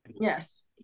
Yes